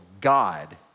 God